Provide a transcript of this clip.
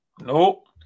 Nope